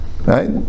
Right